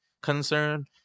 concern